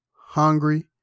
hungry